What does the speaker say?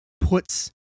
puts